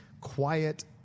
quiet